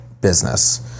business